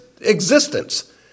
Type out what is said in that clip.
existence